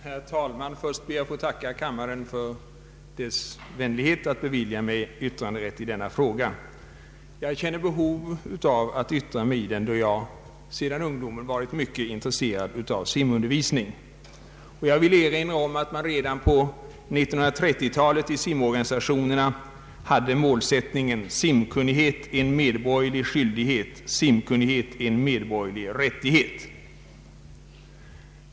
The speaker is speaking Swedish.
Herr talman! Först ber jag att få tacka kammaren för dess vänlighet att bevilja mig yttranderätt i denna fråga. Jag känner verkligen behov av att få yttra mig i den, då jag sedan ungdomen varit mycket intresserad av simundervisning. Låt mig endast erinra om att vi redan på 1930-talet i simorganisationerna arbetade under mottot: simkunnighet — en medborgerlig skyldighet, simkunnighet -— en medborgerlig rättighet.